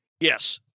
Yes